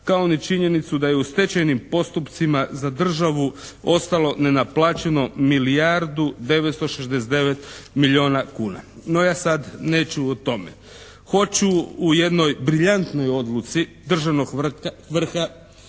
kao ni činjenicu da je u stečajnim postupcima za državu ostalo nenaplaćeno milijardu 969 milijuna kuna. No, ja sada neću o tome. Hoću u jednoj briljantnoj odluci vrhovnog vrha